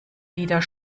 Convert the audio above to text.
wieder